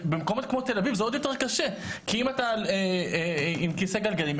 במקומות כמו תל אביב זה עוד יותר קשה כי אם אתה עם כיסא גלגלים,